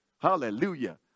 Hallelujah